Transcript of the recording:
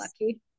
lucky